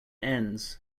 ends